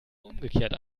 umgekehrt